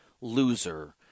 loser